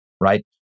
Right